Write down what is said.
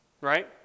right